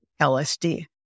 LSD